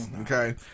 Okay